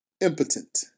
impotent